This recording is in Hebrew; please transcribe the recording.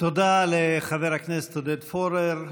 תודה לחבר הכנסת עודד פורר.